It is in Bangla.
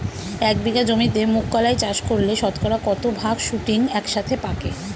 এক বিঘা জমিতে মুঘ কলাই চাষ করলে শতকরা কত ভাগ শুটিং একসাথে পাকে?